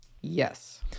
Yes